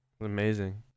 Amazing